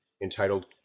entitled